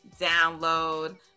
download